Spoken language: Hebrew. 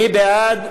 מי בעד?